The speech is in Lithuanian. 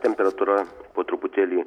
temperatūra po truputėlį